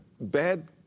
Bad